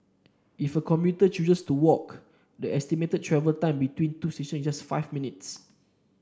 if a commuter chooses to walk the estimated travel time between two stations just five minutes